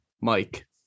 Mike